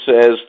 says